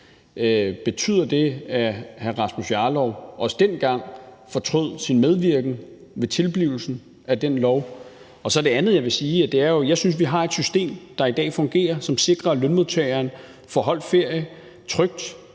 Betyder det, at hr. Rasmus Jarlov også dengang fortrød sin medvirken ved tilblivelsen af den lov? Det andet, jeg vil sige, er, at jeg synes, vi har et system, der i dag fungerer, og som sikrer, at lønmodtageren får holdt ferie trygt